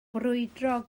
brwydro